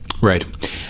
Right